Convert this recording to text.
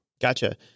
Gotcha